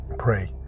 Pray